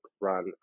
run